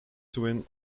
twin